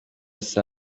saa